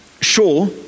Sure